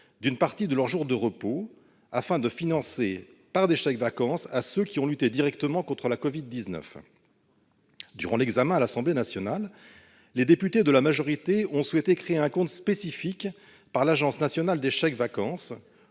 d'une partie de leurs jours de repos, afin de financer des chèques-vacances au bénéfice de ceux qui ont lutté directement contre la Covid-19. Durant l'examen à l'Assemblée nationale, les députés de la majorité ont souhaité créer un compte spécifique de l'Agence nationale pour les chèques-vacances